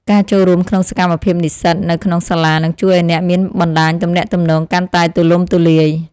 ការចូលរួមក្នុងសកម្មភាពនិស្សិតនៅក្នុងសាលានឹងជួយឱ្យអ្នកមានបណ្តាញទំនាក់ទំនងកាន់តែទូលំទូលាយ។